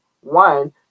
one